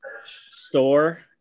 store